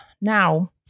now